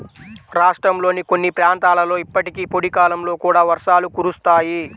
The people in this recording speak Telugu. రాష్ట్రంలోని కొన్ని ప్రాంతాలలో ఇప్పటికీ పొడి కాలంలో కూడా వర్షాలు కురుస్తాయి